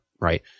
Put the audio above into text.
right